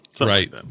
right